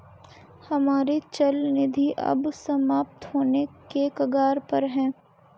हमारी चल निधि अब समाप्त होने के कगार पर है